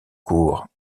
cours